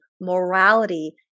Morality